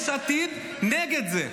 יש עתיד נגד זה.